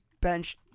bench